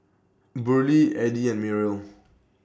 Burley Eddie and Mariel